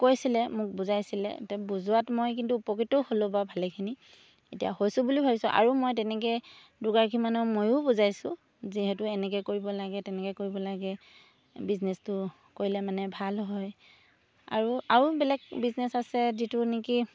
কৈছিলে মোক বুজাইছিলে এতিয়া বুজোৱাত মই কিন্তু উপকৃতও হ'লোঁ বাৰু ভালেখিনি এতিয়া হৈছোঁ বুলি ভাবিছোঁ আৰু মই তেনেকৈ দুগৰাকীমানক ময়ো বুজাইছোঁ যিহেতু এনেকৈ কৰিব লাগে তেনেকৈ কৰিব লাগে বিজনেছটো কৰিলে মানে ভাল হয় আৰু আৰু বেলেগ বিজনেছ আছে যিটো নেকি